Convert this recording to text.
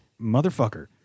motherfucker